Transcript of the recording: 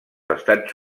estats